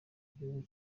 gihugu